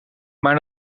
maar